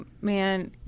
man